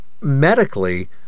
Medically